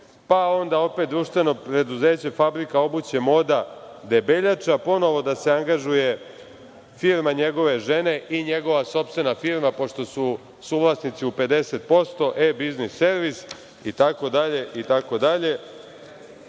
pa onda opet društveno preduzeće Fabrika obuće „Moda“ Debeljača ponovo da se angažuje firma njegove žene i njegova sopstvena firma, pošto su suvlasnici u 50% E-biznis servis itd,